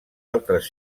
altres